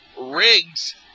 Riggs